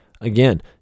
Again